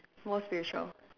more spiritual